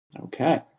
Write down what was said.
Okay